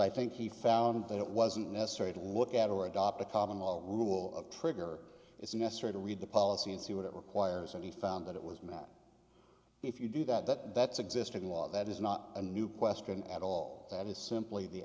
i think he found that it wasn't necessary to look at or adopt a common wall rule of trigger it's necessary to read the policy and see what it requires and he found that it was matt if you do that that's existing law that is not a new question at all that is simply the